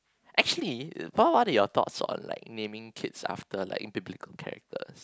actually what what are your thoughts on like naming kids after like duplicate characters